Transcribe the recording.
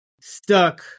Stuck